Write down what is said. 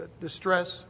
distress